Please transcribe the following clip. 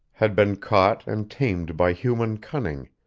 had been caught and tamed by human cunning,